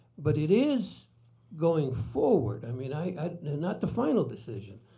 but it is going forward, i mean i mean and not the final decision,